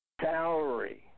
salary